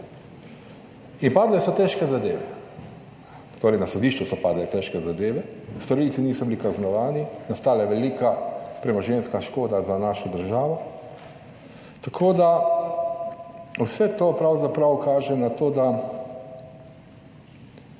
In padle so težke zadeve, torej na sodišču so padle težke zadeve, storilci niso bili kaznovani, nastala je velika premoženjska škoda za našo državo, tako da, vse to pravzaprav kaže na to, da